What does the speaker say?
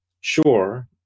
sure